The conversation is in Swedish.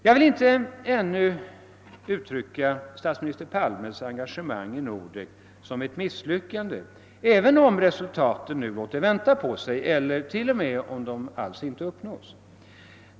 Jag vill inte beskriva statsminister Palmes engagemang i Nordek som ett misslyckande, även om resultaten låter vänta på sig eller t.o.m. alls inte uppnås.